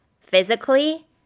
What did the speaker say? physically